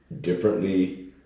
differently